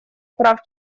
прав